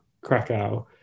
krakow